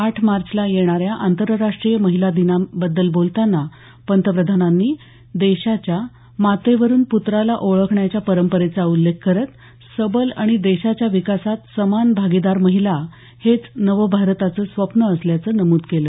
आठ मार्चला येणाऱ्या आंतरराष्ट्रीय महिला दिनाबद्दल बोलताना पंतप्रधानांनी देशाच्या मातेवरून प्त्राला ओळखण्याच्या परंपरेचा उल्लेख करत सबल आणि देशाच्या विकासात समान भागीदार महिला हेच नव भारताचं स्वप्न असल्याचं नमूद केलं